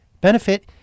benefit